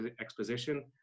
Exposition